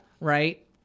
right